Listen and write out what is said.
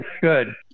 Good